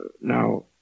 Now